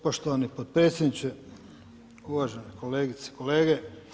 Poštovani potpredsjedniče, uvažene kolegice, kolege.